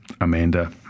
Amanda